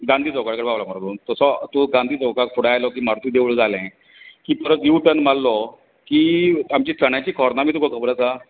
गांधी चौका कडेन पावलो मरे तूं तसो तूं गांधी चौकाक फुडें आयलो की मारूती देवूळ जाले परत यू टर्न मारलो की आमची चण्याची खोर्ना बी तुका खबर आसा